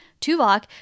Tuvok